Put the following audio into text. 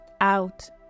out